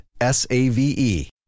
S-A-V-E